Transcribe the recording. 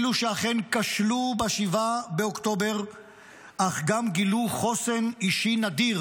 אלו שאכן כשלו ב-7 באוקטובר אך גם גילו חוסן אישי נדיר,